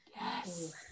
Yes